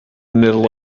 middle